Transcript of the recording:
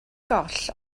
goll